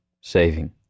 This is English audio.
saving